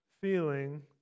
feeling